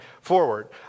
forward